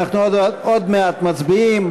אנחנו עוד מעט מצביעים.